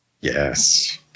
Yes